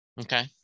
Okay